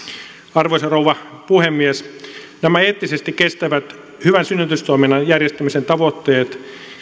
arvoisa rouva puhemies nämä eettisesti kestävät hyvän synnytystoiminnan järjestämisen tavoitteet